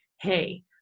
Hey